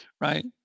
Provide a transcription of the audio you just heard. right